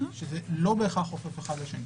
שזה לא בהכרח חופף אחד לשני.